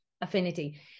affinity